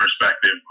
perspective